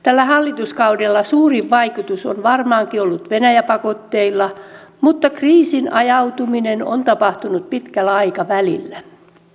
tällä hallituskaudella suurin vaikutus on varmaankin ollut venäjä pakotteilla mutta kriisiin ajautuminen on tapahtunut pitkällä aikavälillä